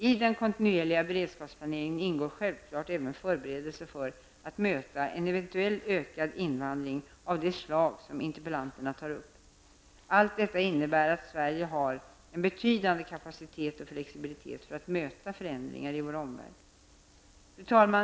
I den kontinuerliga beredskapsplaneringen ingår självfallet även förberedelser för att möta en eventuell ökad invandring av det slag som interpellanterna tar upp. Allt detta innebär att Sverige har en betydande kapacitet och flexibitet för att möta förändringar i vår omvärld. Fru talman!